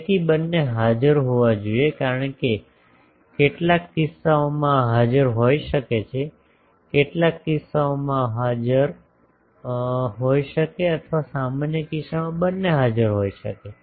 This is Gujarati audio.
તેથી બંને હાજર હોવા જોઈએ કારણ કે કેટલાક કિસ્સાઓમાં આ હાજર હોઈ શકે છે કેટલાક કિસ્સાઓમાં આ હાજર હોઈ શકે છે અથવા સામાન્ય કિસ્સામાં બંને હાજર હોઈ શકે છે